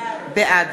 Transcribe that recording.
בעד